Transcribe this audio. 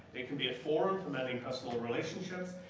it can be a forum for mending personal relationships.